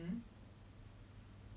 guess so